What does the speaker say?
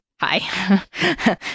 hi